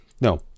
no